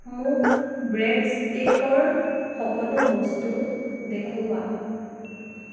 মোক bread sticker সকলো বস্তু দেখুওৱা